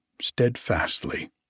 steadfastly